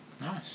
Nice